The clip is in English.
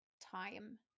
time